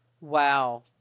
Wow